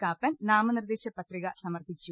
കാപ്പൻ നാമനിർദ്ദേശ പത്രിക സ്മർപ്പിച്ചു